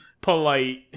polite